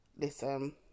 listen